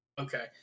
Okay